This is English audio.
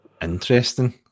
Interesting